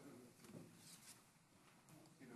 צוהריים טובים, שלום לכולם.